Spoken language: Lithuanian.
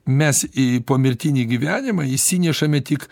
mes į pomirtinį gyvenimą išsinešame tik